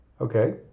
Okay